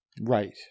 Right